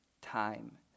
time